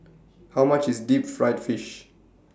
How much IS Deep Fried Fish